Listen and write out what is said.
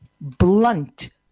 blunt